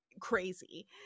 crazy